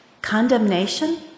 Condemnation